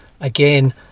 Again